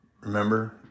Remember